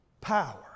power